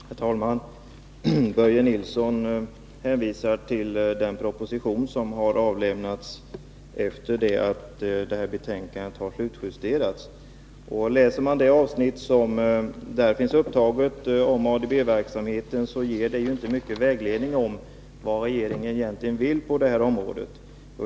Herr talman! Börje Nilsson hänvisar till den proposition som har avlämnats efter det att detta betänkande har slutjusterats. Läser man det avsnitt som där finns om ADB-verksamheten, ger det inte mycket vägledning om vad regeringen egentligen vill på detta område.